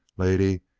lady,